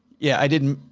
yeah, i didn't,